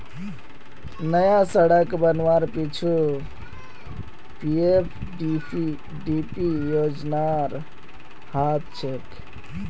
नया सड़क बनवार पीछू पीएफडीपी योजनार हाथ छेक